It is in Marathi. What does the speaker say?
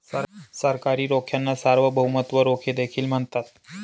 सरकारी रोख्यांना सार्वभौमत्व रोखे देखील म्हणतात